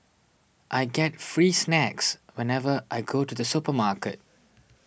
I get free snacks whenever I go to the supermarket